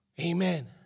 Amen